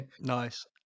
nice